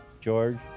George